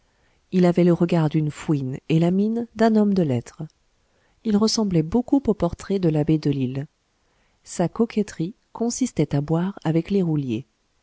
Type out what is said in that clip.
il avait le regard d'une fouine et la mine d'un homme de lettres il ressemblait beaucoup aux portraits de l'abbé delille sa coquetterie consistait à boire avec les rouliers